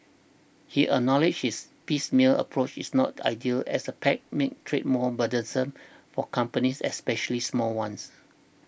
he acknowledged this piecemeal approach is not ideal as the pacts make trade more burdensome for companies especially small ones